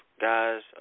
guys